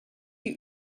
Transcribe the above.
die